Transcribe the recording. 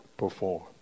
perform